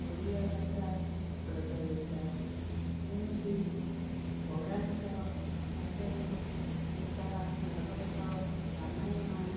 ଓଡ଼ିଆଭାଷା ପ୍ରଚଳିତ ଯେମିତି ପୌରାଣିକ ଭାଷାରେ ଗୀତା ଭାଗବତ ରାମାୟଣ